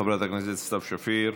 חברת הכנסת סתיו שפיר,